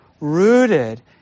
rooted